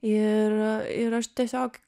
ir ir aš tiesiog